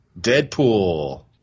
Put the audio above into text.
Deadpool